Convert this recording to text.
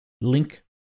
Link